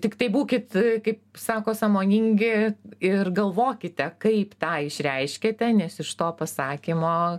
tiktai būkit kaip sako sąmoningi ir galvokite kaip tą išreiškiate nes iš to pasakymo